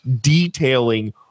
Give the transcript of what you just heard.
detailing